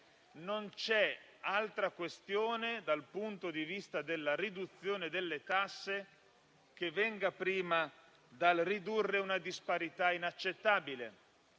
non c'è altra questione, dal punto di vista della riduzione delle tasse, che venga prima del ridurre una disparità inaccettabile,